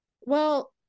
Well-